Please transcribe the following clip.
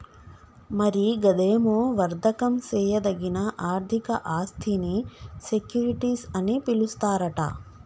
మరి గదేమో వర్దకం సేయదగిన ఆర్థిక ఆస్థినీ సెక్యూరిటీస్ అని పిలుస్తారట